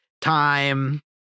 time